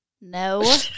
No